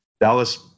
Dallas